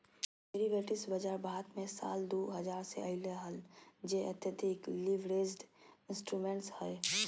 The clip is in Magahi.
डेरिवेटिव्स बाजार भारत मे साल दु हजार मे अइले हल जे अत्यधिक लीवरेज्ड इंस्ट्रूमेंट्स हइ